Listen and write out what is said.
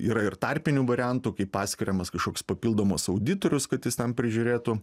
yra ir tarpinių variantų kai paskiriamas kažkoks papildomas auditorius kad jis ten prižiūrėtų